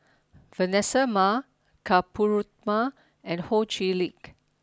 Vanessa Mae Ka Perumal and Ho Chee Lick